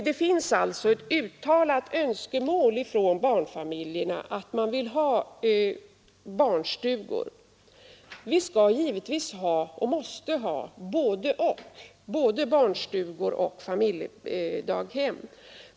Det finns alltså ett uttalat önskemål från barnfamiljernas sida om barnstugor. Vi måste givetvis ha både barnstugor och familjedaghem.